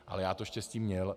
Ale já to štěstí měl.